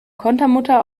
kontermutter